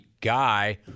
guy